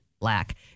lack